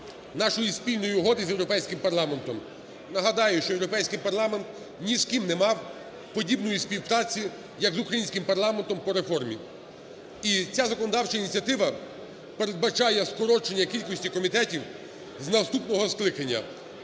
нашої спільної угоди з Європейським парламентом. Нагадаю, що Європейський парламент ні з ким не мав подібної співпраці, як з українським парламентом по реформі. І ця законодавча ініціатива передбачає скорочення кількості комітетів з наступного скликання,